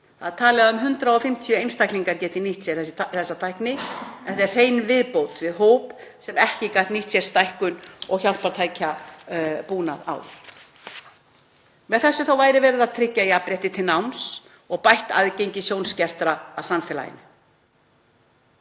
Það er talið að um 150 einstaklingar geti nýtt sér þessa tækni, þetta er hrein viðbót við hóp sem ekki gat nýtt sér stækkunar- og hjálpartækjabúnað áður. Með þessu væri verið að tryggja jafnrétti til náms og bætt aðgengi sjónskertra að samfélaginu.